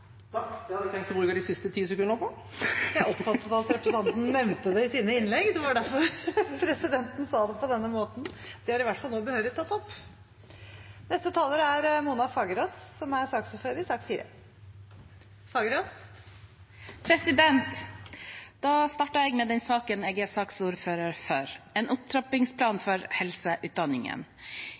Takk, det hadde jeg tenkt å bruke de siste 10 sekundene på. Presidenten oppfattet at representanten nevnte det i sitt innlegg. Det var derfor jeg sa det på denne måten. De er i hvert fall behørig tatt opp. Da starter jeg med den saken jeg er saksordfører for, om en opptrappingsplan for helseutdanningene. I denne saken har flertallet, opposisjonspartiene, gått sammen om at det er behov for å iverksette en opptrappingsplan for